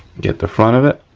get the front of it.